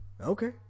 Okay